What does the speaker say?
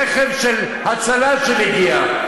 רכב "הצלה" שמגיע.